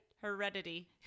Heredity